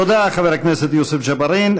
תודה, חבר הכנסת יוסף ג'בארין.